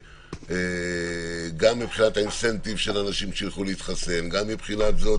גם מבחינת התמריץ לאנשים שילכו להתחסן וגם מבחינה זו